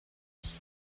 passed